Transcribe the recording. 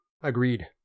Agreed